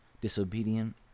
disobedient